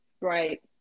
Right